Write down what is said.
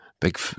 big